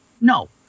no